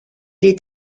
est